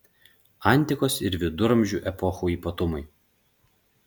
antikos ir viduramžių epochų ypatumai